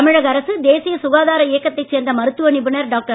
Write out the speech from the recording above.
தமிழக அரசு தேசிய சுகாதார இயக்கத்தைச் சேர்ந்த மருத்துவ நிபுணர் டாக்டர்